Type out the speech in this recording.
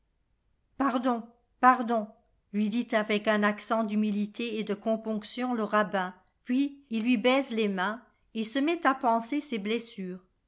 pardon pardon lui dit avec un accent d'humilité et de componction le rabbin puis il lui baise les mains et se met à panser ses blessures